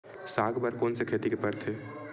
साग बर कोन से खेती परथे?